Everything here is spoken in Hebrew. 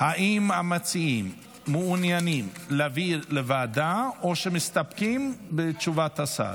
האם המציעים מעוניינים להעביר לוועדה או שמסתפקים בתשובת השר?